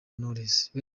knowless